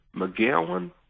McGowan